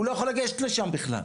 הוא לא יכול לגשת לשם בכלל.